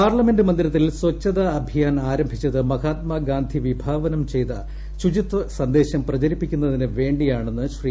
parliament മന്ദിരത്തിൽ സ്വച്ഛതാ അഭിയാൻ ആരംഭിച്ചത് മഹാത്മാഗാന്ധി വിഭാവനം ചെയ്ത ശുചിത്വ സന്ദേശം പ്രചരിപ്പിക്കു ന്നതിന് വേണ്ടിയാണെന്ന് ശ്രീ